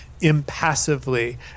impassively